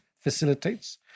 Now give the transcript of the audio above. facilitates